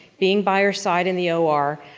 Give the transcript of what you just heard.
being by her side in the ah or,